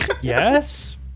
Yes